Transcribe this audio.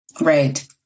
Right